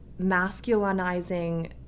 masculinizing